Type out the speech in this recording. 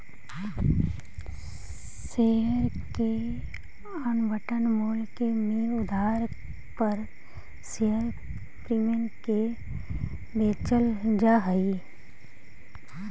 share के आवंटन मूल्य के आधार पर शेयर प्रीमियम के बेचल जा हई